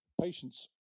patients